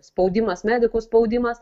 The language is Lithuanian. spaudimas medikų spaudimas